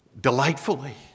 delightfully